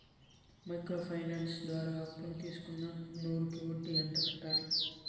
Micro finance ద్వారా అప్పును తీసుకున్న నూరు కి వడ్డీ ఎంత కట్టాలి?